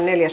asia